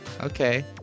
Okay